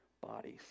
bodies